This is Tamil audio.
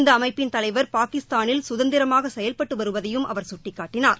இந்த அமைப்பின் தலைவர் பாகிஸ்தானில் கதந்திரமாக செயல்பட்டு வருவதையும் அவர் சுட்டிக்காட்டினார்